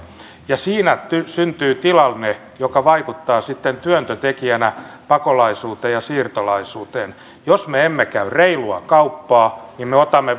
niin siinä syntyy tilanne joka vaikuttaa sitten työntötekijänä pakolaisuuteen ja siirtolaisuuteen jos me emme käy reilua kauppaa niin me otamme